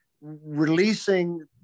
releasing